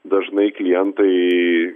dažnai klientai